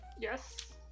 yes